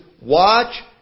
watch